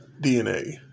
DNA